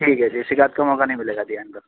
ٹھیک ہے جی شکایت کا موقع نہیں ملے گا جی آئندہ